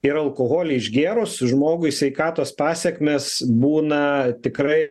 ir alkoholį išgėrus žmogui sveikatos pasekmės būna tikrai